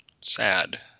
sad